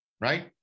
Right